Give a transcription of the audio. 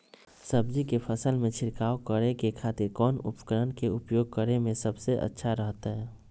सब्जी के फसल में छिड़काव करे के खातिर कौन उपकरण के उपयोग करें में सबसे अच्छा रहतय?